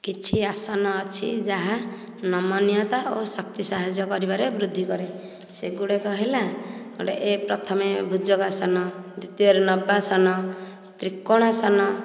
କିଛି ଆସନ ଅଛି ଯାହା ନମନୀୟତା ଓ ଶକ୍ତି ସାହାଯ୍ୟ କରିବାରେ ବୃଦ୍ଧି କରେ ସେଗୁଡ଼ିକ ହେଲା ଏ ପ୍ରଥମେ ଭୁଜଙ୍ଗାସନ ଦ୍ଵିତୀୟରେ ନବାସନ ତ୍ରିକୋଣାସନ